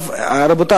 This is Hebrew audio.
רבותי,